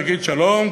יגיד: שלום,